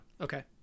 Okay